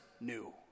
new